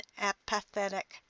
apathetic